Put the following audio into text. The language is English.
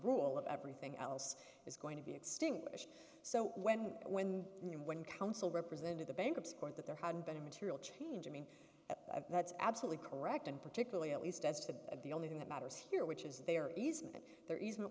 rule of everything else is going to be extinguished so when when and when council represented the bankruptcy court that there hadn't been a material change i mean that's absolutely correct and particularly at least as to the only thing that matters here which is they are easement there isn't